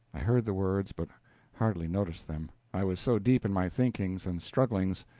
i heard the words, but hardly noticed them, i was so deep in my thinkings and strugglings.